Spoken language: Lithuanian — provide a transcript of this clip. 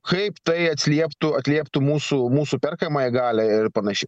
kaip tai atsilieptų atlieptų mūsų mūsų perkamąją galią ir pan